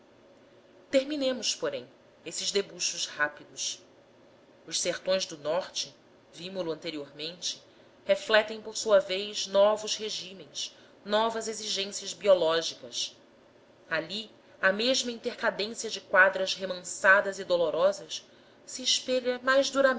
terminemos porém esses debuxos rápidos os sertões do norte vimo lo anteriormente refletem por sua vez novos regimes novas exigências biológicas ali a mesma intercadência de quadras ramansadas e dolorosas se espelha mais